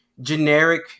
generic